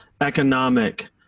economic